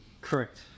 Correct